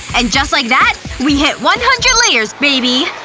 and just like that, we hit one hundred layers, baby!